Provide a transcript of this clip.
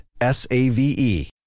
S-A-V-E